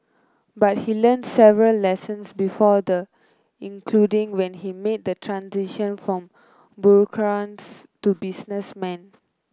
but he learnt several lessons before the including when he made the transition from bureaucrats to businessman